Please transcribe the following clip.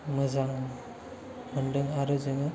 मोजां मोनदों आरो जोङो